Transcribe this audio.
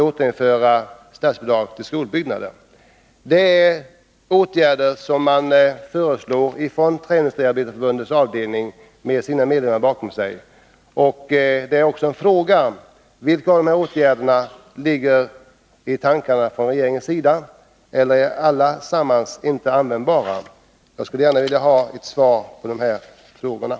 Detta är åtgärder som föreslås av Träindustriarbetareförbundets avdelning 2, som har sina medlemmar bakom sig. Jag skulle vilja ha svar på frågan: Vilka av dessa åtgärder har regeringen i tankarna? Eller anser regeringen att allesamman är oanvändbara?